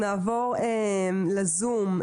נעבור לזום,